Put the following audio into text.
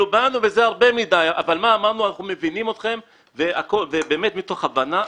ידענו שזה הרבה מדי אבל אמרנו שאנחנו מבינים אתכם ובאמת מתוך הבנה.